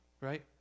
right